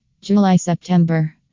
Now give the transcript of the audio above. July-September